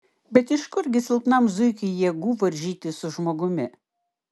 bet iš kurgi silpnam zuikiui jėgų varžytis su žmogumi